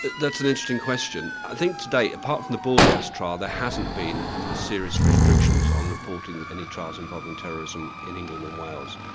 that's an interesting question. i think to date, apart from the bourgass trial, there hasn't been serious restrictions on reporting any trials involving terrorism in england and wales.